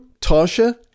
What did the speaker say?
Tasha